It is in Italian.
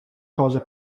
cose